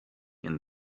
and